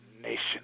nation